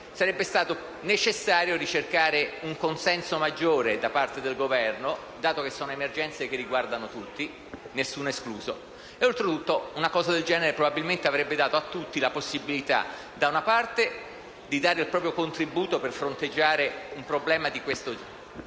sarebbe stato necessario ricercare un consenso maggiore da parte del Governo, dato che sono emergenze che riguardano tutti, nessuno escluso. Oltre tutto, una cosa del genere probabilmente avrebbe dato a tutti la possibilità, da una parte, di dare il proprio contributo per fronteggiare un problema di così